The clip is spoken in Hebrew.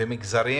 ומגזרים